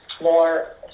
more